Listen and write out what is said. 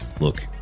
look